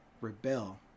Rebel